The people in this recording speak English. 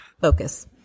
focus